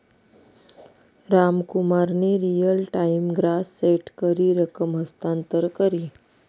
रामकुमारनी real time gross सेट करी रकम हस्तांतर करी